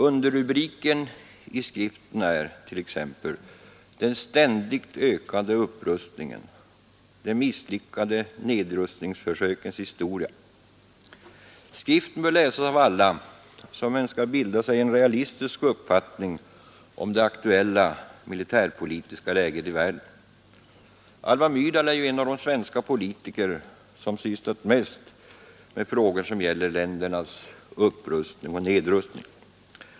Underrubriker i skriften är t.ex. ”Den ständigt ökande upprustningen” och ”De misslyckade nedrustningsförsökens historia”. Skriften bör läsas av alla som önskar bilda sig en realistisk uppfattning om det aktuella militärpolitiska läget i världen. Alva Myrdal är en av de svenska politiker som sysslat mest med frågor som gäller ländernas upprustning och nedrustning.